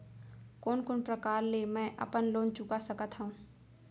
कोन कोन प्रकार ले मैं अपन लोन चुका सकत हँव?